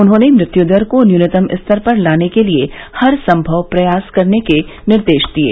उन्होंने मृत्युदर को न्यूनतम स्तर पर लाने के लिये हर संभव प्रयास करने के निर्देश दिये